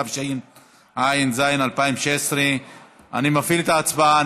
התשע"ז 2016. אני מפעיל את ההצבעה.